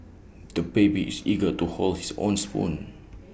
the baby is eager to hold his own spoon